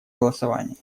голосовании